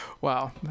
Wow